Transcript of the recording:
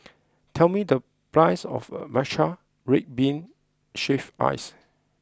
tell me the price of Matcha Red Bean Shaved Ice